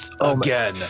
Again